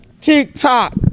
TikTok